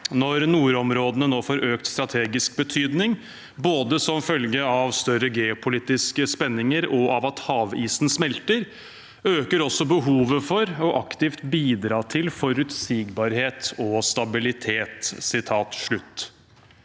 Når nordområdene nå får økt strategisk betydning, både som følge av større geopolitiske spenninger og av at havisen smelter, øker også behovet for å aktivt bidra til forutsigbarhet og stabilitet.»